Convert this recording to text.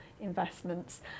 investments